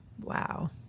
Wow